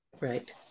right